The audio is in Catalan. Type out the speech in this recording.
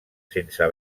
sense